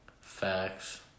Facts